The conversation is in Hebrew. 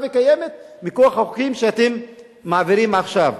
וקיימת מכוח החוקים שאתם מעבירים עכשיו.